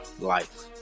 life